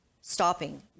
stopping